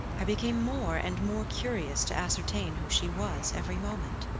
i became more and more curious to ascertain who she was, every moment.